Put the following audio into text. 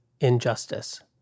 injustice